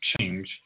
change